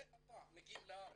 זה עתה מגיעים לארץ,